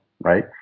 right